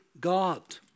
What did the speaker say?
God